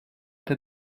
der